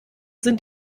sind